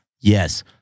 yes